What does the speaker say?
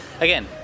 Again